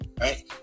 right